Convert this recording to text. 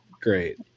great